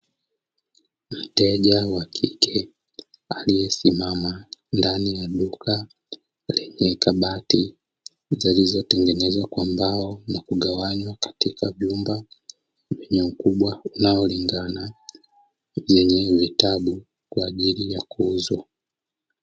MMteja wa kike aliyesimama ndani ya duka lenye kabati zilizo tengenezwa kwa mbao na kugawanywa katika vyumba vyeneye ukubwa unaolingana, yenye vitabu kwa ajili ya kuuzwa.